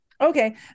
okay